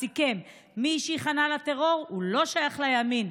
הוא סיכם: מי שייכנע לטרור הוא לא שייך לימין,